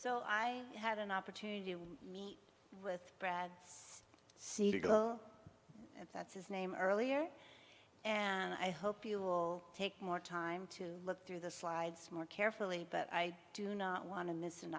so i had an opportunity to meet with brad c to go that's his name earlier and i hope you will take more time to look through the slides more carefully but i do not want to miss an